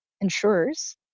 insurers